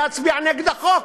להצביע נגד החוק.